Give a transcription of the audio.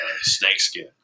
snakeskin